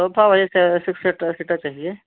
sofa वही six seater six seater चाहिए